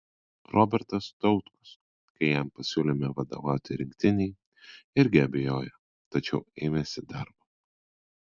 robertas tautkus kai jam pasiūlėme vadovauti rinktinei irgi abejojo tačiau ėmėsi darbo